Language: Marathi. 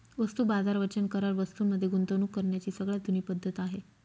वस्तू बाजार वचन करार वस्तूं मध्ये गुंतवणूक करण्याची सगळ्यात जुनी पद्धत आहे